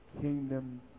kingdom